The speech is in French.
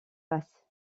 passe